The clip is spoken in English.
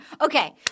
okay